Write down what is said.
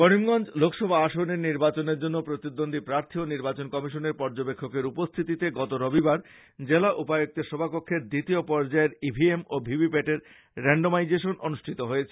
করিমগঞ্জ লোকসভা আসনের নির্বাচনের জন্য প্রতিদ্বন্দী প্রাথী ও নির্বাচন কমিশনের পর্য্যবেক্ষকের উপস্থিতিতে গত রবিবার জেলা উপায়ুক্তের সভাকক্ষে দ্বিতীয় পর্য্যায়ের ই ভি এম ও ভিভিপেটের রেন্ডমাইজেশন অনুষ্ঠিত হয়েছে